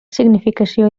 significació